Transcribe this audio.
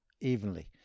evenly